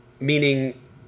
meaning